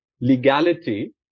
legality